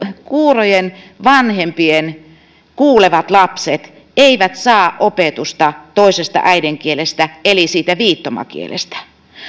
kuurojen vanhempien kuulevat lapset eivät saa opetusta toisesta äidinkielestään eli siitä viittomakielestä